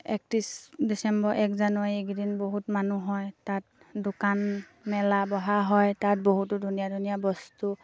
একত্ৰিছ ডিচেম্বৰ এক জানুৱাৰী এইকেইদিন বহুত মানুহ হয় তাত দোকান মেলা বহা হয় তাত বহুতো ধুনীয়া ধুনীয়া বস্তু